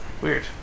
Weird